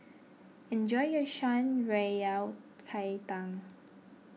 enjoy your Shan Rui Yao Cai Tang